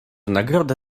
nagrodę